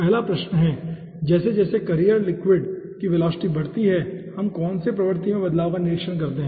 पहला प्रश्न है जैसे जैसे कर्रिएर लिक्विड की वेलोसिटी बढ़ती है तो हम कोन से प्रवर्ति में बदलाव का निरीक्षण करते है